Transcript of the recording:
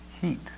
heat